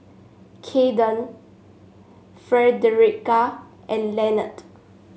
Kaiden Fredericka and Lanette